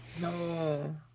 No